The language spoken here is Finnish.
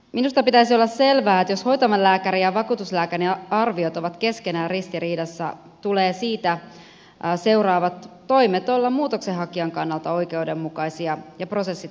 minusta pitäisi olla selvää että jos hoitavan lääkärin ja vakuutuslääkärin arviot ovat keskenään ristiriidassa tulee siitä seuraavien toimien olla muutoksenhakijan kannalta oikeudenmukaisia ja prosessien läpinäkyviä